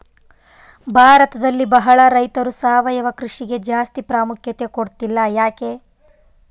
ಭಾರತದಲ್ಲಿ ಬಹಳ ರೈತರು ಸಾವಯವ ಕೃಷಿಗೆ ಜಾಸ್ತಿ ಪ್ರಾಮುಖ್ಯತೆ ಕೊಡ್ತಿಲ್ಲ ಯಾಕೆ?